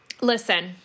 Listen